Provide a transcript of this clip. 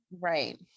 Right